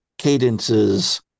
Cadence's